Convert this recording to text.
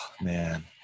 man